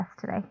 today